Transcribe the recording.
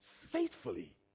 faithfully